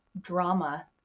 drama